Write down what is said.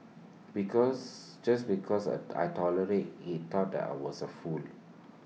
because just because A I tolerated he thought I was A fool